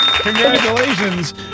congratulations